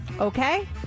Okay